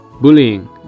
bullying